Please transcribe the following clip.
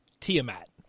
Tiamat